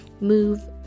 move